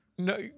No